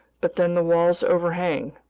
but then the walls overhang,